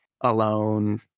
alone